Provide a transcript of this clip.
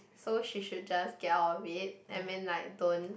so she should just get out of it I mean like don't